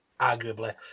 arguably